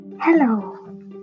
Hello